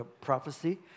prophecy